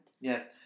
yes